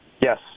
Yes